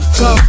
go